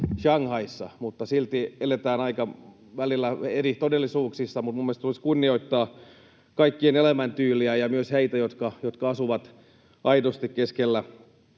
mutta silti eletään välillä aika eri todellisuuksissa. Mutta minun mielestäni tulisi kunnioittaa kaikkien elämäntyyliä ja myös heitä, jotka asuvat aidosti keskellä